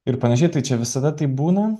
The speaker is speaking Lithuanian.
ir panašiai tai čia visada taip būna